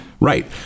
Right